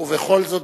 ובכל זאת,